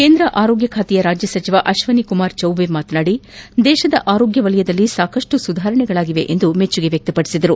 ಕೇಂದ್ರ ಆರೋಗ್ಯ ಖಾತೆ ರಾಜ್ಯ ಸಚಿವ ಅಪ್ಟಿನಿಕುಮಾರ್ ಚೌಬೆ ಮಾತನಾಡಿ ದೇಶದ ಆರೋಗ್ಯ ಕ್ಷೇತ್ರದಲ್ಲಿ ಸಾಕಷ್ಟು ಸುಧಾರಣೆಗಳಾಗಿವೆ ಎಂದು ಮೆಟ್ಟುಗೆ ವ್ವಕ್ತಪಡಿಸಿದರು